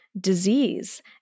disease